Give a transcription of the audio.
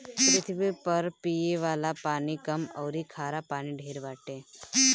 पृथ्वी पर पिये वाला पानी कम अउरी खारा पानी ढेर बाटे